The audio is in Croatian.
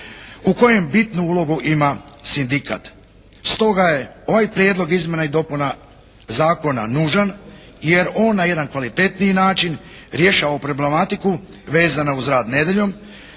u kojem bitnu ulogu ima sindikat, stoga je ovaj Prijedlog izmjena i dopuna Zakona nužan jer on na jedan kvalitetniji način rješava ovu problematiku vezana uz rad nedjeljom,